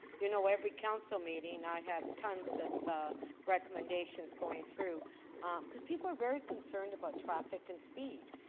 you know every council meeting i have tons of recommendations going through um because people are very concerned about traffic and speed.